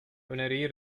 öneriyi